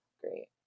great